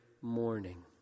morning